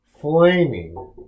flaming